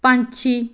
ਪੰਛੀ